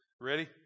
Ready